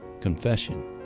confession